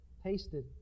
tasted